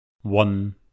one